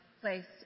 placed